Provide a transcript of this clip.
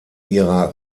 ihrer